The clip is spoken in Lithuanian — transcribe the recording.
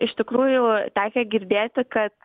iš tikrųjų tekę girdėti kad